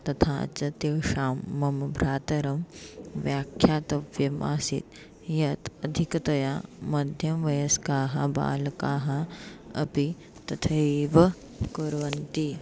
तथा च तेषां मम भ्रातरं व्याख्यातव्यम् आसीत् यत् अधिकतया मध्यमवयस्काः बालकाः अपि तथैव कुर्वन्ति